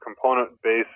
Component-Based